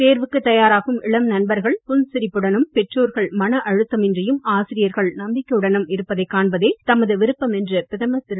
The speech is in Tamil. தேர்வுக்கு தயாராகும் இளம் நண்பர்கள் புன்சிரிப்புடனும் பெற்றோர்கள் மன அழுத்தம் இன்றியும் ஆசிரியர்கள் நம்பிக்கையுடனும் இருப்பதைக் காண்பதே தமது விருப்பம் என்று பிரதமர் திரு